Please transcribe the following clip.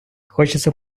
хочеться